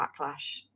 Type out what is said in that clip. backlash